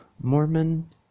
Mormon